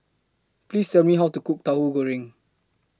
Please Tell Me How to Cook Tauhu Goreng